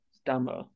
stammer